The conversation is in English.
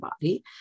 body